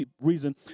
reason